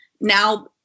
now